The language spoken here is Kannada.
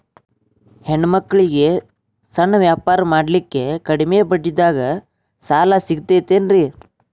ಹೆಣ್ಣ ಮಕ್ಕಳಿಗೆ ಸಣ್ಣ ವ್ಯಾಪಾರ ಮಾಡ್ಲಿಕ್ಕೆ ಕಡಿಮಿ ಬಡ್ಡಿದಾಗ ಸಾಲ ಸಿಗತೈತೇನ್ರಿ?